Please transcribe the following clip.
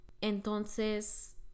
Entonces